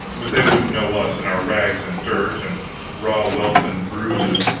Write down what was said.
but they didn't know us in our rags and dirt and raw welts and bruises,